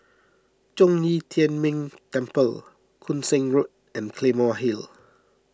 Zhong Yi Tian Ming Temple Koon Seng Road and Claymore Hill